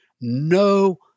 no